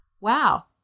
Wow